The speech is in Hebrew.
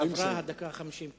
עברה הדקה ו-50.